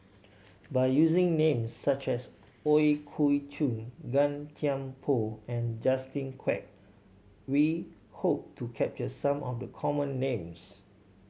by using names such as Ooi Kok Chuen Gan Thiam Poh and Justin Quek we hope to capture some of the common names